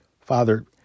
Father